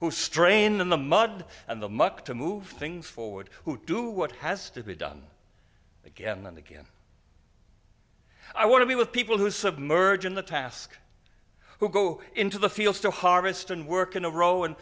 who strain in the mud and the muck to move things forward who do what has to be done again and again i want to be with people who submerge in the task who go into the fields to harvest and work in a row and